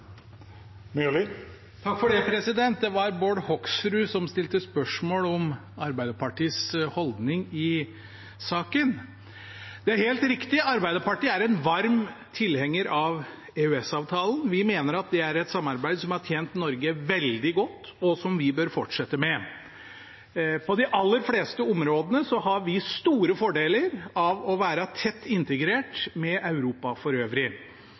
Det var Bård Hoksrud som stilte spørsmål om Arbeiderpartiets holdning i saken. Det er helt riktig, Arbeiderpartiet er en varm tilhenger av EØS-avtalen – vi mener at det er et samarbeid som har tjent Norge veldig godt, og som vi bør fortsette med. På de aller fleste områdene har vi store fordeler av å være tett integrert med Europa for øvrig.